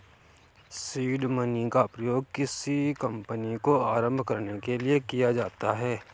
seed money का प्रयोग किसी कंपनी को आरंभ करने के लिए किया जाता है